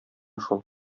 шул